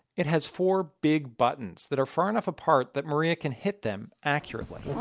it has four big buttons that are far enough part that maria can hit them accurately